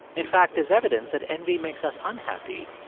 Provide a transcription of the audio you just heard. in fact, there's evidence that envy makes us unhappy,